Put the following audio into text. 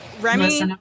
Remy